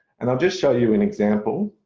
and i'll just show you an example